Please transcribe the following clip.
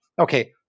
Okay